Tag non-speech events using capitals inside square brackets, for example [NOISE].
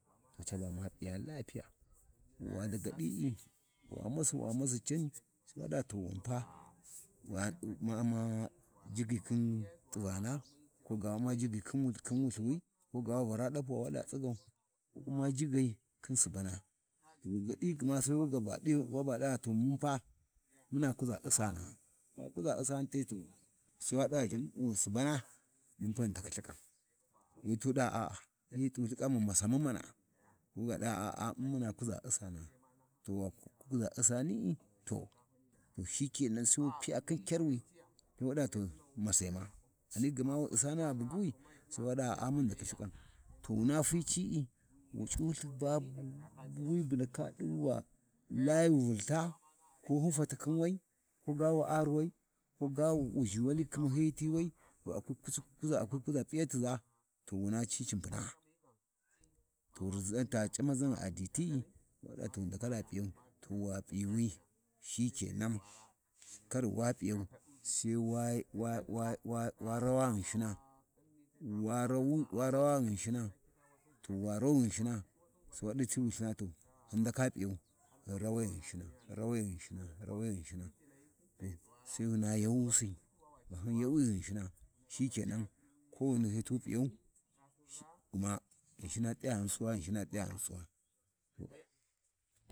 ﻿Caba ma p’iya lafiya, [NOISE] wa daga ɗi’i wa masi wa [NOISE] masi can, Sai wa ɗa ba to wanfa, ma U'ma jigyi khin t’ivana ko ga wa u'ma jigyi khin Wulthuwi koga wa Vara dapu waɗa tsigau Wu U'ma rigai khin Subana, daga ɗi gama Sai waba ɗa gma munfa muna kuʒa Ussana, wa kuʒa Usaani te, to Sai wa ɗa Subana to munpu ghi ndaki Lthikan, lwi tu ɗa, lyi t’uu Lthikamu, Masamu mana. Wuga ɗa ɓa a’a mun muna kuʒa Ussana, to wa kuʒa Ussaini to shikenan Sai wu piya khin Karwi wu ɗa to masaima, ghani gma Ussaini gha bugywu, wa ɗa aa mun ghi ndaki Lthakin to wuna tic’i wu C’ulthi, babu wi bu ndaka ɗuba layu vulha, hyin fati khin wai, ko wu ari wai, koga wu zhi wali khimahyiyiyu ti wai, bu a kwi kuza p’iyatiʒa, to wuna ci cu mbunaa, to riʒan ta C’amaʒun aditi’i waɗa to ghi ndaka ɗa p’iyau to wa p’iwi shikenan, kar wa p’iyau Sai wa-wa-wa wa rawa Ghinshina wa rawu wa rawa Ghinshina to wa rau Ghinshina, Sai wa ɗati Wulthina to hyin ndaka p’iyau to rawai Ghinshina rawai Ghinshina, rawai Ghinshina, Sai hyina yawusi, hyin yawi Ghinshina shike nan, kowini Sai tu p’iyau gma Ghinshina t’ayaghin Suwa, Ghinshina t’ayaghi Suwa.